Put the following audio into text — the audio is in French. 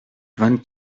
vingt